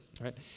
right